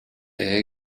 est